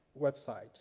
website